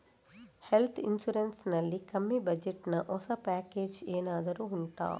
health insurance ನಲ್ಲಿ ಕಮ್ಮಿ budget ನ ಹೊಸ ಪ್ಯಾಕೇಜ್ ಏನಾದರೂ ಉಂಟಾ